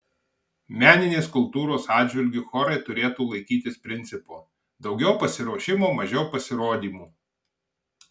meninės kultūros atžvilgiu chorai turėtų laikytis principo daugiau pasiruošimo mažiau pasirodymų